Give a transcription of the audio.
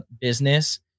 business